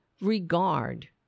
regard